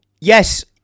yes